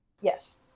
Yes